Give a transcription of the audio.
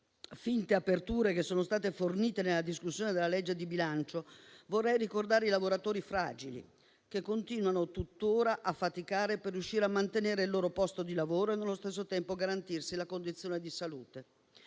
finte aperture che sono state fornite nella discussione sulla legge di bilancio, vorrei ricordare i lavoratori fragili, che continuano tuttora a faticare per riuscire a mantenere il loro posto di lavoro e nello stesso tempo garantirsi la condizione di salute,